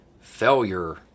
Failure